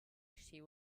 she